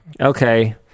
okay